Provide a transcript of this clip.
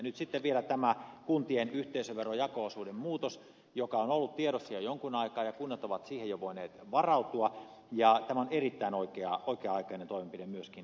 nyt sitten vielä myöskin tämä kuntien yhteisöverojako osuuden muutos joka on ollut tiedossa jo jonkun aikaa ja johon kunnat ovat jo voineet varautua on erittäin oikea aikainen toimenpide myöskin tämä